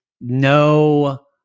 no